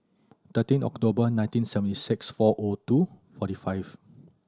thirteen October nineteen seventy six four O two forty five